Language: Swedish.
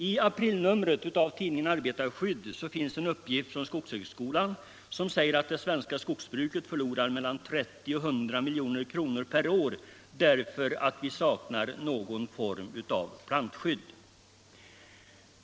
I aprilnumret av tidningen Arbetarskydd finns en uppgift från skogshögskolan som säger att det svenska skogsbruket förlorar mellan 30 och 100 milj.kr. per år därför att vi saknar någon form av plantskydd.